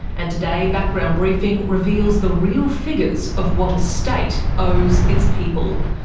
and today background briefing reveals the real figures of what a state owes its people.